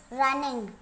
running